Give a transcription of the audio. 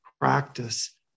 practice